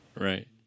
Right